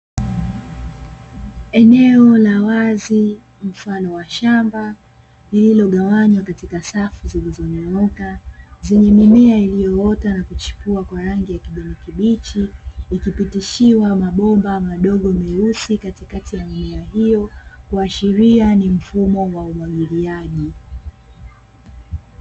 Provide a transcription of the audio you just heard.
Eneo la wazi mfano wa shamba, lililogawanywa katika safu zilizonyooka, zenye mimea iliyoota na kuchipua kwa rangi ya kijani kibichi, ikipitishiwa mabomba madogo meusi katikati ya mimea hiyo, kuashiria ni mfumo wa umwagiliaji.